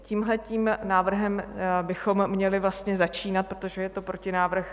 Tímhletím návrhem bychom měli vlastně začínat, protože je to protinávrh.